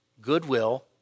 goodwill